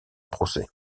procès